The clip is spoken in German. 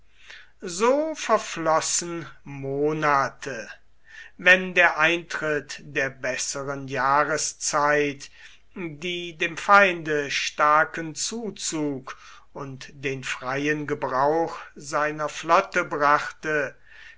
so verflossen monate wenn der eintritt der besseren jahreszeit die dem feinde starken zuzug und den freien gebrauch seiner flotte brachte